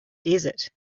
desert